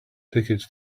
tickets